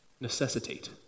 necessitate